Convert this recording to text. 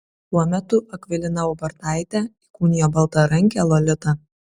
tuo metu akvilina ubartaitė įkūnijo baltarankę lolitą